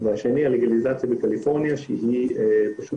והשני זה הלגליזציה בקליפורניה שהיא פשוט